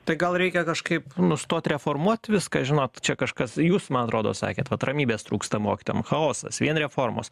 tai gal reikia kažkaip nustot reformuot viską žinot čia kažkas jūs man atrodo sakėt vat ramybės trūksta mokytojam chaosas vien reformos